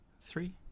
three